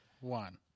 one